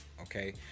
Okay